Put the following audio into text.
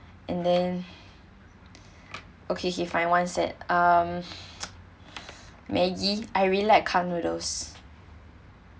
and then okay okay fine one set um maggie I really like cup noodles